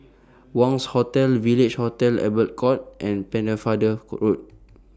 Wangz Hotel Village Hotel Albert Court and Pennefather A Road